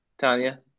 Tanya